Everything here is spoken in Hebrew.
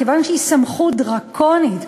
כיוון שהיא סמכות דרקונית,